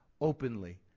openly